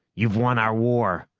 you've won our war!